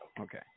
okay